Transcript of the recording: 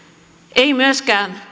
ei myöskään